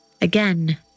Again